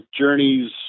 journeys